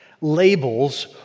labels